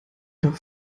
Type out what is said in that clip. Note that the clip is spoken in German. doch